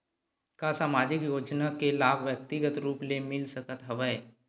का सामाजिक योजना के लाभ व्यक्तिगत रूप ले मिल सकत हवय?